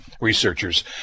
researchers